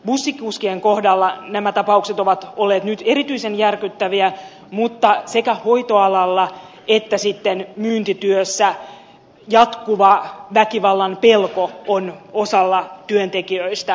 bussikuskien kohdalla nämä tapaukset ovat olleet nyt erityisen järkyttäviä mutta sekä hoitoalalla että myyntityössä jatkuva väkivallan pelko on osalla työntekijöistä arkea